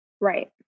right